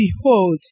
Behold